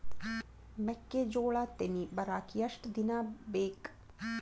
ಮೆಕ್ಕೆಜೋಳಾ ತೆನಿ ಬರಾಕ್ ಎಷ್ಟ ದಿನ ಬೇಕ್?